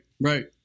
right